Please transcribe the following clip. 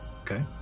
Okay